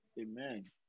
Amen